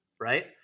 right